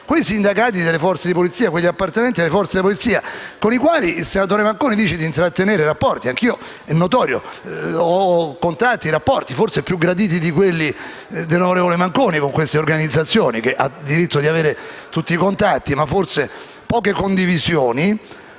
sindacati delle forze di polizia e appartenenti alle forze di polizia con i quali il senatore Manconi dice di intrattenere rapporti. Anch'io, è notorio, ho contatti e rapporti, forse più graditi di quelli dell'onorevole Manconi, con queste organizzazioni. Ovviamente ha diritto di avere tutti i contatti, ma forse ha poche condivisioni.